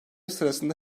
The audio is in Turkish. sırasında